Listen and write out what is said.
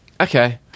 Okay